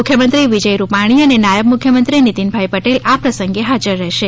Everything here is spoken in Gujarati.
મુખ્યમંત્રી વિજય રૂપાણી અને નાયબ મુખ્યમંત્રી નિતિનભાઈ પટેલ આ પ્રસંગે હાજર હશે